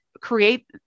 create